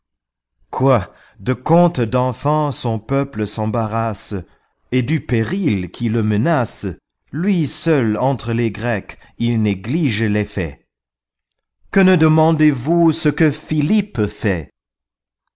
quoi de contes d'enfants son peuple s'embarrasse et du péril qui le menace lui seul entre les grecs il néglige l'effet que ne demandez-vous ce que philippe fait